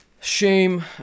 Shame